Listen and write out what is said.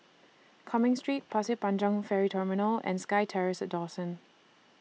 Cumming Street Pasir Panjang Ferry Terminal and SkyTerrace Dawson